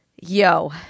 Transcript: yo